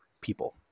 people